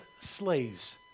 slaves